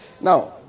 Now